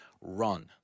Run